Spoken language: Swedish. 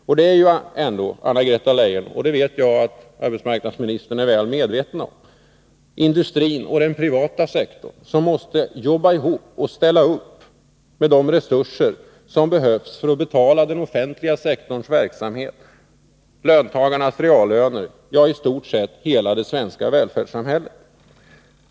Och det är ju ändå, Anna-Greta Leijon — det vet jag att arbetsmarknadsministern är väl medveten om —, industrin och den privata sektorn som måste jobba ihop och ställa upp med de resurser som behövs för att betala den offentliga sektorns verksamhet, löntagarnas reallöner, ja, i stort sett hela det svenska välfärdssamhället.